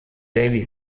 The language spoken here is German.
daily